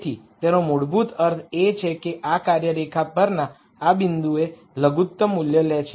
તેથી તેનો મૂળભૂત અર્થ એ છે કે આ કાર્ય રેખા પરના આ બિંદુએ લઘુત્તમ મૂલ્ય લે છે